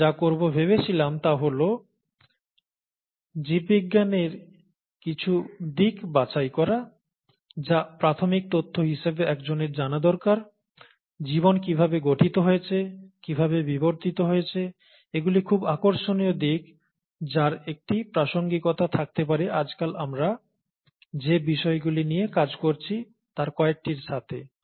আমরা যা করব ভেবেছিলাম তা হল জীববিজ্ঞানের কিছু দিক বাছাই করা যা প্রাথমিক তথ্য হিসাবে একজনের জানা দরকার জীবন কিভাবে গঠিত হয়েছে কিভাবে বিবর্তিত হয়েছে এগুলি খুব আকর্ষণীয় দিক যার একটি প্রাসঙ্গিকতা থাকতে পারে আজকাল আমরা যে বিষয়গুলি নিয়ে কাজ করছি তার কয়েকটির সাথে